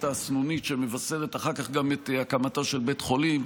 הסנונית שמבשרת אחר כך גם את הקמתו של בית חולים,